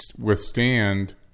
withstand